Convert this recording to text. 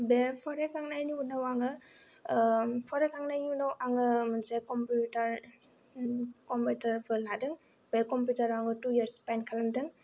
बेयाव फरायखांनायनि उनाव आङो ओ फरायखांनायनि उनाव आङो मोनसे कम्पिउटार ओ कम्पिउटारफोर लादों बे कम्पिउटाराव आङो टु यार्स स्पेन्द खालामदों